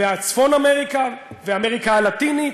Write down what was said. ועד צפון אמריקה ואמריקה הלטינית,